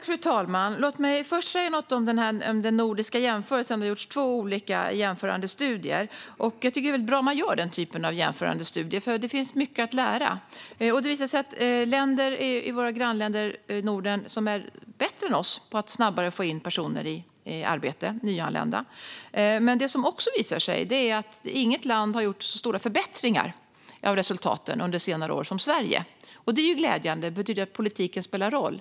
Fru talman! Låt mig först säga något om den nordiska jämförelsen. Det har gjorts två olika jämförande studier. Jag tycker att det är bra om man gör den typen av studier, för det finns mycket att lära. Det har visat sig att våra grannländer i Norden är bättre än vi på att snabbare få in nyanlända i arbete. Det har också visat sig att inget land har gjort så stora förbättringar av resultaten under senare år som Sverige. Detta är glädjande, för det betyder att politiken spelar roll.